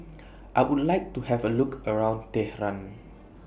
I Would like to Have A Look around Tehran